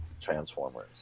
Transformers